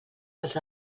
els